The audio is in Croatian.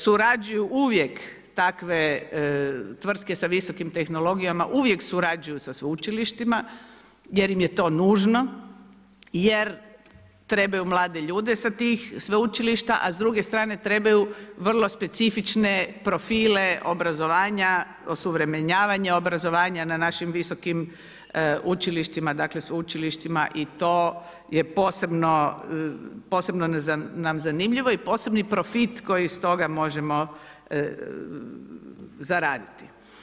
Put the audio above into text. Surađuju uvijek takve tvrtke sa visokim tehnologijama, uvijek surađuju sa sveučilištima jer im je to nužno jer trebaju mlade ljude sa tih sveučilišta, a s druge strane trebaju vrlo specifične profile obrazovanja, osuvremenjavanje obrazovanja na našim visokim učilištima, dakle, sveučilištima i to je posebno nam zanimljivo jer je profit koji iz toga možemo zaraditi.